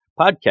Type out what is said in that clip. podcast